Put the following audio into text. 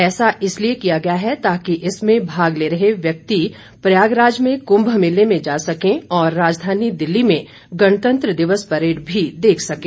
ऐसा इसलिए किया गया है ताकि इसमें भाग ले रहे व्यक्ति प्रयागराज में कुम्भ मेले में जा सकें और राजधानी दिल्ली में गणतंत्र दिवस परेड भी देख सकें